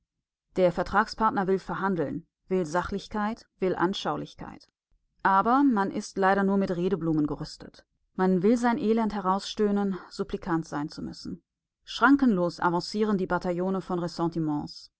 der vertragspartner will verhandeln will sachlichkeit will anschaulichkeit aber man ist leider nur mit redeblumen gerüstet man will sein elend herausstöhnen supplikant sein zu müssen schrankenlos avancieren die bataillone von ressentiments